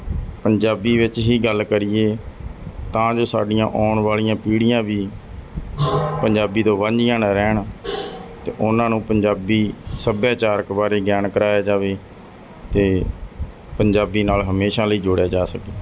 ਪੰਜਾਬੀ ਵਿੱਚ ਹੀ ਗੱਲ ਕਰੀਏ ਤਾਂ ਜੋ ਸਾਡੀਆਂ ਆਉਣ ਵਾਲੀਆਂ ਪੀੜ੍ਹੀਆਂ ਵੀ ਪੰਜਾਬੀ ਤੋਂ ਵਾਂਝੀਆਂ ਨਾ ਰਹਿਣ ਅਤੇ ਉਹਨਾਂ ਨੂੰ ਪੰਜਾਬੀ ਸੱਭਿਆਚਾਰਕ ਬਾਰੇ ਗਿਆਨ ਕਰਾਇਆ ਜਾਵੇ ਅਤੇ ਪੰਜਾਬੀ ਨਾਲ ਹਮੇਸ਼ਾ ਲਈ ਜੋੜਿਆ ਜਾ ਸਕੇ